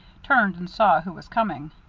turned and saw who was coming.